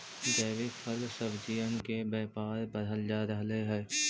जैविक फल सब्जियन के व्यापार बढ़ल जा रहलई हे